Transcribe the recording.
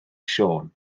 siôn